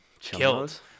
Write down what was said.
killed